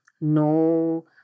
no